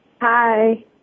Hi